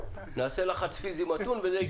נעשה לחץ פיזי מתון וזה יקרה.